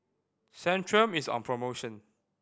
centrum is on promotion